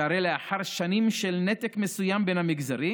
שהרי לאחר שנים של נתק מסוים בין המגזרים